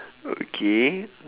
okay